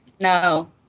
No